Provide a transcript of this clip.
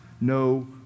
no